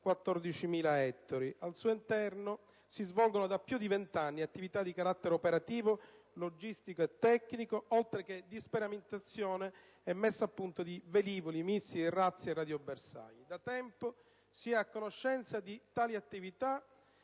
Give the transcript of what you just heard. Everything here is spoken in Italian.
14.000 ettari. Al suo interno si svolgono da più di 20 anni attività di carattere operativo, logistico e tecnico, oltre che di sperimentazione e messa a punto di velivoli, missili razzi e radiobersagli. Da tempo si è a conoscenza che tali attività,